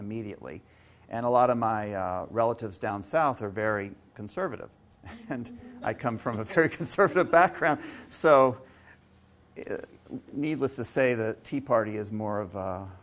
immediately and a lot of my relatives down south are very conservative and i come from a very conservative background so needless to say the tea party is more of a